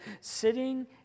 sitting